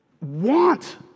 want